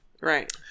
right